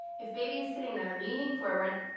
if baby is sitting there leaning forward,